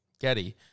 Getty